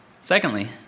Secondly